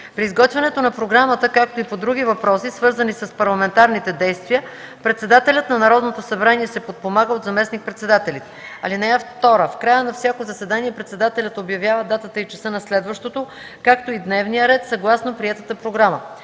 При изготвянето на програмата, както и по други въпроси, свързани с парламентарните действия, председателят на Народното събрание се подпомага от заместник-председателите. (2) В края на всяко заседание председателят обявява датата и часа на следващото, както и дневния ред съгласно приетата програма.